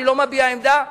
אני לא מביע עמדה,